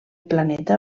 planeta